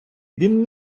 він